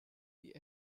die